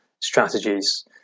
strategies